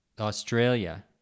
Australia